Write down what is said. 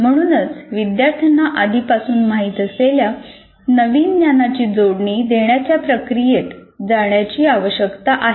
म्हणूनच विद्यार्थ्यांना आधीपासून माहित असलेल्या नवीन ज्ञानाची जोडणी देण्याच्या प्रक्रियेत जाण्याची आवश्यकता आहे